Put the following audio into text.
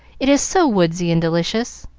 it is so woodsy and delicious.